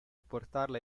portarla